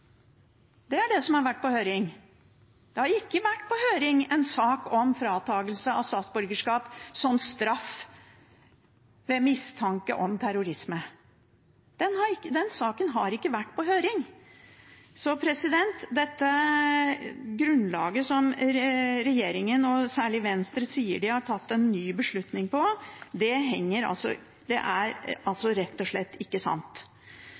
Det er det som har vært på høring. Det har ikke vært på høring en sak om fratakelse av statsborgerskap som straff ved mistanke om terrorisme. Den saken har ikke vært på høring. Så dette grunnlaget som regjeringen, og særlig Venstre, sier de har tatt en ny beslutning på, er rett og slett ikke sant. Det er altså nå ikke snakk om at det er